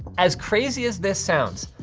as crazy as this sounds,